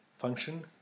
function